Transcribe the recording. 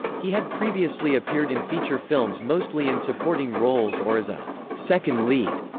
he had previously appeared in feature films mostly in supporting roles or as a second lead.